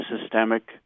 systemic